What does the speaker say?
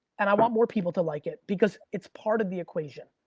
and i want more people to like it, because it's part of the equation.